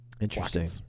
Interesting